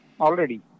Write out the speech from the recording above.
already